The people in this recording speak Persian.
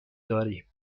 داریم